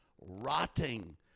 rotting